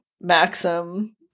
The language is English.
maxim